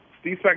Steve